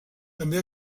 també